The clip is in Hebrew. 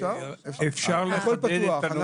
הכול פתוח.